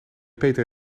peter